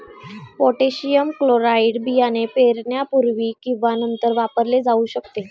potassium chloride बियाणे पेरण्यापूर्वी किंवा नंतर वापरले जाऊ शकते